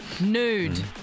Nude